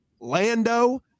Lando